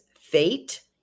fate